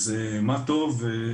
אז מה טוב.